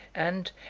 and,